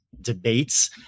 debates